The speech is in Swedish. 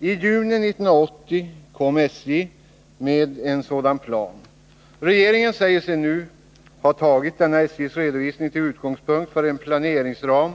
I juni 1980 kom SJ med en sådan plan. Regeringen säger sig nu ha tagit denna SJ:s redovisning till utgångspunkt för en planeringsram,